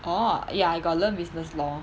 orh ya I got learn business law